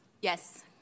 Yes